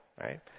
right